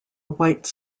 white